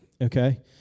okay